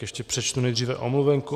Ještě přečtu nejdříve omluvenku.